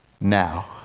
now